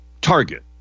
Target